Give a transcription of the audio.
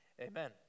amen